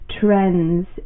Trends